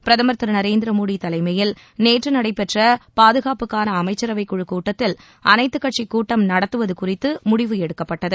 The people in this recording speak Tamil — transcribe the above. பிரதமர் திரு நரேந்திர மோடி தலைமையில் நேற்று நனடபெற்ற பாதுகாப்புக்கான அமைச்சரவைக் குழுக் கூட்டத்தில் அனைத்துக் கட்சிக் கூட்டம் நடத்துவது குறித்து முடிவு எடுக்கப்பட்டது